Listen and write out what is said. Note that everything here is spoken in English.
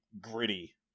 gritty